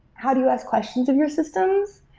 how do you ask questions of your systems?